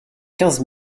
quinze